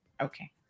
Okay